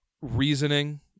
reasoning